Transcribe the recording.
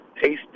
tasty